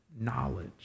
knowledge